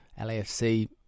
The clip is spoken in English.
LAFC